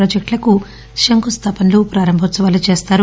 ప్రాజెక్టులకు శంఖు స్థాపనలు ప్రారంభోత్పవాలు చేస్తారు